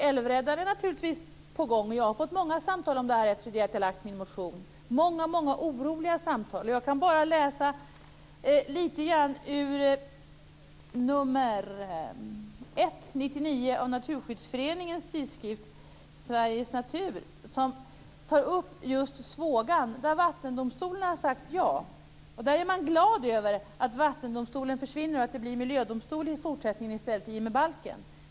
Älvräddarna är på gång. Jag har fått många oroliga samtal om det här efter det att jag väckte min motion. Jag kan läsa lite grann ur nr 1 1999 av Naturskyddsföreningens tidskrift Sveriges Natur, som tar upp just Svågan. Vattendomstolen har sagt ja. Där är man glad över att vattendomstolen försvinner och att det i stället blir miljödomstol i fortsättningen i och med balken.